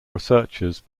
researchers